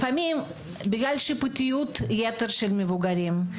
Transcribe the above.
לפעמים בגלל שיפוטיות יתר של מבוגרים,